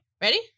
ready